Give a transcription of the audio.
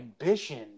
ambition